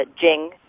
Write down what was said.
Jing